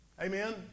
Amen